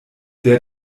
der